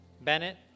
Bennett